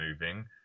moving